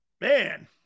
Man